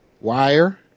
Wire